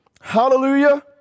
hallelujah